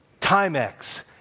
Timex